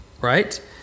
right